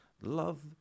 Love